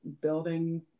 building